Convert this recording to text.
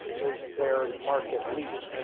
is their market lead.